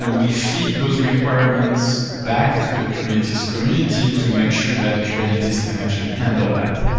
ah we feed those requirements back to the kubernetes community to make sure that kubernetes can actually handle that.